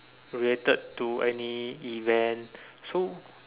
related to any event so